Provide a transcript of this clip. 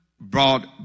brought